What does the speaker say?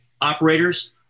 operators